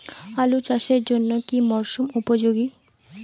আলু চাষের জন্য কি মরসুম উপযোগী?